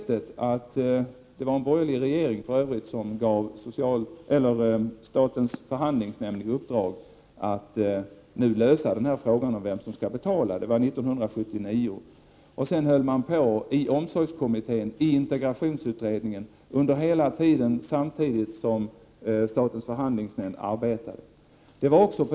Det var för övrigt en borgerlig regering som 1979 gav statens förhandlingsnämnd i uppdrag att lösa frågan om vem som skall betala. Sedan arbetade omsorgskommittén och integrationsutredningen samtidigt som statens förhandlingsnämnd arbetade.